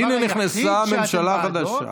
והינה נכנסה ממשלה חדשה,